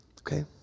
Okay